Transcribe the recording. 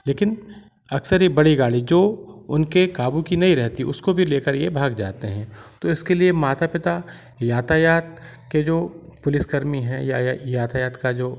लेकिन अक्सर ये बड़ी जो उनके काबू की नहीं रहती उसको भी लेकर ये भाग जाते हैं तो इसके लिए माता पिता यातायात के जो पुलिसकर्मी हैं या यातायात का जो